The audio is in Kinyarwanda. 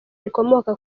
rikomoka